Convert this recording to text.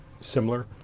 similar